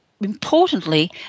importantly